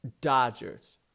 Dodgers